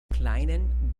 kleinen